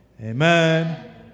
amen